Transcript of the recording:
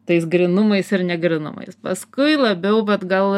tais grynumais ir negrynumais paskui labiau vat gal